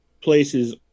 places